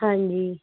ਹਾਂਜੀ